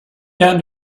down